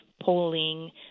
polling